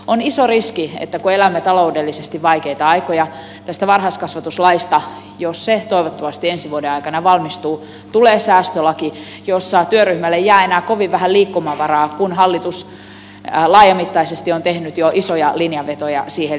on iso riski että kun elämme taloudellisesti vaikeita aikoja tästä varhaiskasvatuslaista jos se toivottavasti ensi vuoden aikana valmistuu tulee säästölaki jossa työryhmälle jää enää kovin vähän liikkumavaraa kun hallitus laajamittaisesti on tehnyt jo isoja linjanvetoja siihen liittyen